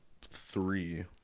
three